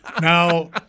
Now